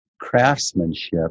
craftsmanship